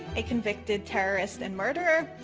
a convicted terrorist and murderer?